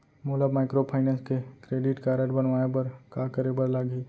मोला माइक्रोफाइनेंस के credit card बनवाए बर का करे बर लागही?